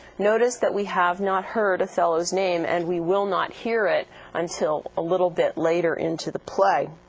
notice that we have not heard othello's's name, and we will not hear it until a little bit later into the play.